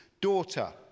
daughter